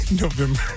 November